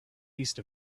east